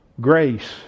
Grace